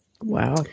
Wow